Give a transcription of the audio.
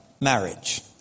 marriage